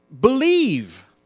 Believe